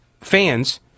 fans